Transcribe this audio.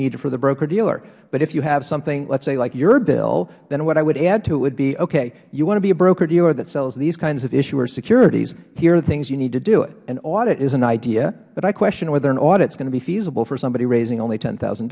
needed for the brokerdealer but if you have something say like your bill then what i would add to it would be okay you want to be a brokerdealer that sells these kinds of issue or securities here are things you need to do it and audit was an idea but i question whether an audit is going to be feasible for somebody raising only ten thousand